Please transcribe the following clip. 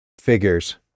Figures